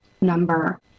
number